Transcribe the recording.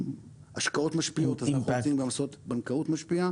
השקעות משפיעות אז אנחנו רוצים לעשות בנקאות משפיעה